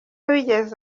bigeze